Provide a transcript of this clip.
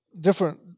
different